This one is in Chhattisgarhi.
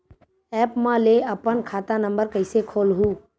एप्प म ले अपन खाता नम्बर कइसे खोलहु?